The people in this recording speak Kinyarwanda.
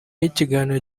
y’ikiganiro